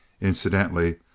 Incidentally